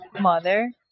mother